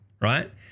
right